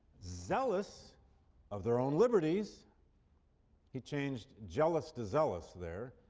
zealous of their own liberties he changed jealous to zealous there.